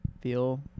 feel